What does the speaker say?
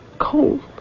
Cold